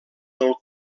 del